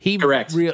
Correct